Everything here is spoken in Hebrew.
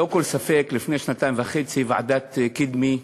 ללא כל ספק, לפני שנתיים וחצי ועדת קדמי,